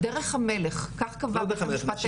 "דרך המלך", כך קבע בית המשפט.